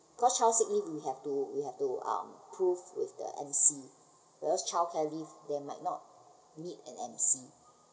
cause child sick leave we have to we have to um prove with the M_C whereas childcare leave they might not need an M_C